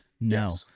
No